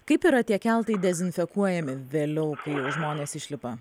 kaip yra tie keltai dezinfekuojami vėliau kai jau žmonės išlipa